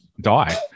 die